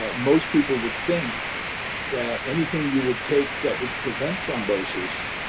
ah most people would think that anything you would take that would prevent thrombosis,